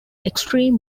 extreme